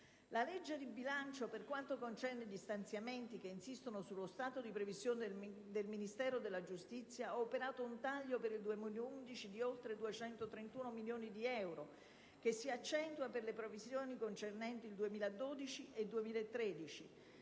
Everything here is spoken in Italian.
La legge di bilancio, per quanto concerne gli stanziamenti che insistono sullo stato di previsione del Ministero della giustizia, ha operato un taglio per il 2011 di oltre 231 milioni di euro, che si accentua per le previsioni concernenti il 2012 e il 2013: